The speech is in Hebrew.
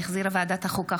שהחזירה ועדת החוקה,